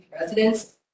residents